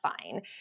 fine